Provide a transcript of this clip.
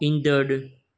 ईंदड़ु